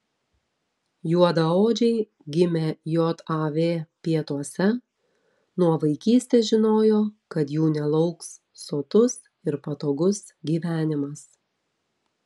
juodaodžiai gimę jav pietuose nuo vaikystės žinojo kad jų nelauks sotus ir patogus gyvenimas